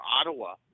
Ottawa